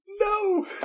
no